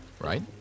right